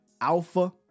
alpha